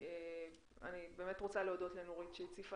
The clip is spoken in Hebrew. אני באמת רוצה להודות לנורית שהציפה